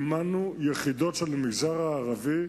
אימנו יחידות של המגזר הערבי,